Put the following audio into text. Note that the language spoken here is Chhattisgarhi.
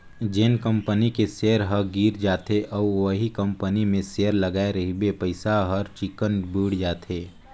जेन कंपनी के सेयर ह गिर जाथे अउ उहीं कंपनी मे सेयर लगाय रहिबे पइसा हर चिक्कन बुइड़ जाथे